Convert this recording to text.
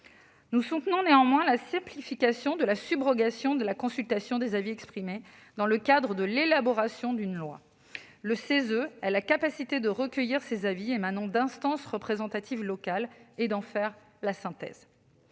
Nous soutenons néanmoins la simplification de la subrogation de la consultation des avis exprimés dans le cadre de l'élaboration d'une loi. Le CESE a la capacité de recueillir ces avis émanant d'instances représentatives locales et d'en faire la synthèse.